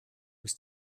was